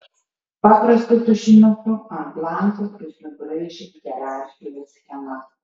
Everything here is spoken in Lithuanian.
paprastu tušinuku ant blankų jis nubraižė hierarchijos schemas